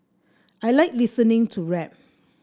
I like listening to rap